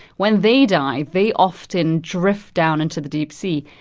when they die, they often drift down into the deep sea.